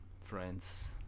friends